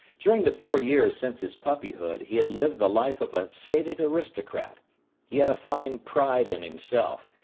during the four years since his puppyhood he had lived the life of a sated aristocrat he had a fine pride in himself,